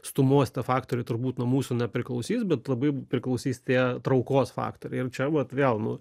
stūmos tie faktoriai turbūt nuo mūsų nepriklausys bet labai priklausys tie traukos faktoriai ir čia vat vėl nu